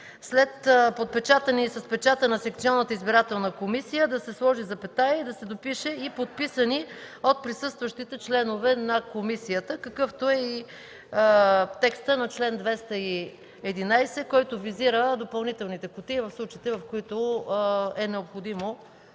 след „подпечатани и с печата на секционната избирателна комисия” да се сложи запетая и да се допише „и подписани от присъстващите членове на комисията”, какъвто е и текстът на чл. 211, който визира допълнителните кутии в случаите, в които е необходимо